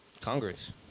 Congress